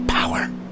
Power